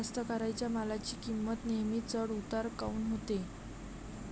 कास्तकाराइच्या मालाची किंमत नेहमी चढ उतार काऊन होते?